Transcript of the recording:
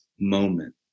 moment